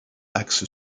axe